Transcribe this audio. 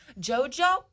JoJo